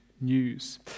news